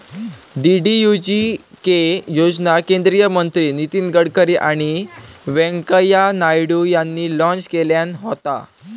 DDUGK योजना केंद्रीय मंत्री नितीन गडकरी आणि व्यंकय्या नायडू यांनी लॉन्च केल्यान होता